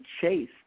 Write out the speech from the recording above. chase